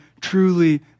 truly